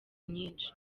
nyinshi